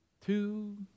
two